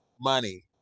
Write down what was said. money